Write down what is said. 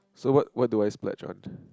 so what what do I splurge on